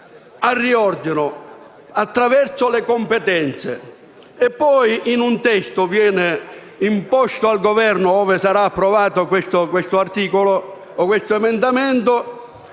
al riordino attraverso le competenze.